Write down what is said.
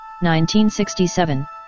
1967